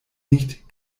nicht